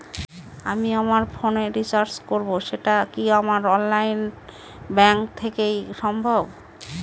আমি আমার ফোন এ রিচার্জ করব টা কি আমার অনলাইন ব্যাংক থেকেই সম্ভব?